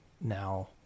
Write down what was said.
now